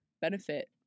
benefit